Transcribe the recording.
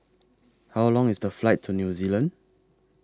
How Long IS The Flight to New Zealand